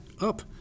up